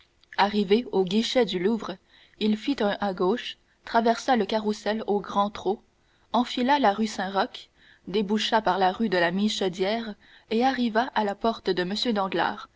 arrivé au guichet du louvre il fit un à gauche traversa le carrousel au grand trot enfila la rue saint-roch déboucha par la rue de la michodière et arriva à la porte de